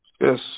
Yes